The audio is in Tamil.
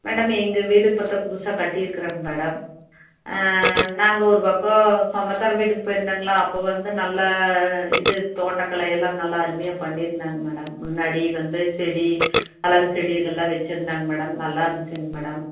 மேடம் எங்கள் வீடு இப்போத்தான் புதுசாக கட்டி இருக்கிறோங்க மேடம் நாங்கள் ஒரு பக்கம் சொந்தக்காரர் வீட்டுக்கு போயிருந்தோங்களா அப்போ வந்து நல்ல இது தோட்டக்கலை எல்லாம் நல்லா அருமையாக பண்ணியிருந்தாங்க மேடம் முன்னாடி வந்து செடி அழகு செடி இதெல்லாம் வச்சுருந்தாங்க மேடம் நல்லாயிருந்துச்சுங்க மேடம்